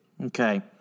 Okay